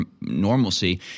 normalcy